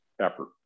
effort